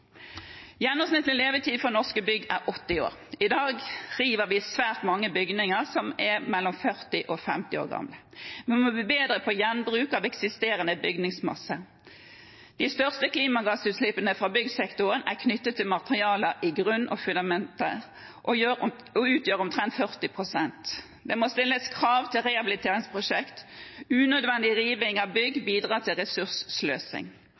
Gjennomsnittlig levetid for norske bygg er 80 år. I dag river vi svært mange bygninger som er mellom 40 og 50 år gamle. Vi må bli bedre på gjenbruk av eksisterende bygningsmasse. De største klimagassutslippene fra byggsektoren er knyttet til materialer i grunn og fundamenter og utgjør omtrent 40 pst. Det må stilles krav til rehabiliteringsprosjekt. Unødig riving av bygg bidrar til ressurssløsing.